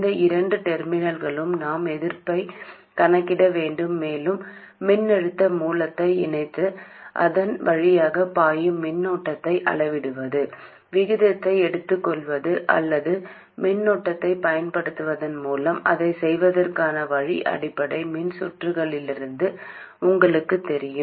இந்த இரண்டு டெர்மினல்களிலும் நாம் எதிர்ப்பைக் கணக்கிட வேண்டும் மேலும் மின்னழுத்த மூலத்தை இணைத்து அதன் வழியாக பாயும் மின்னோட்டத்தை அளவிடுவது விகிதத்தை எடுத்துக்கொள்வது அல்லது மின்னோட்டத்தைப் பயன்படுத்துவதன் மூலம் அதைச் செய்வதற்கான வழி அடிப்படை மின்சுற்றுகளிலிருந்து உங்களுக்குத் தெரியும்